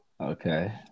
Okay